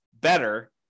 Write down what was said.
better